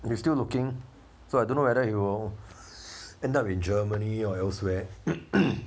we are still looking so I don't know whether he will end up in germany or elsewhere